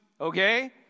okay